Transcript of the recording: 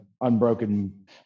unbroken